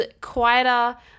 quieter